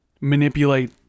manipulate